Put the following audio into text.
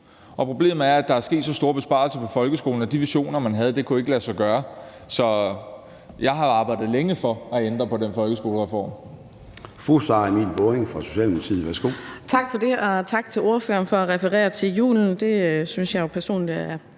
og problemet er, at der er sket så store besparelser på folkeskolen, at de visioner, man havde, ikke kunne lade sig gøre. Så jeg har arbejdet længe for at ændre på den folkeskolereform.